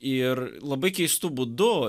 ir labai keistu būdu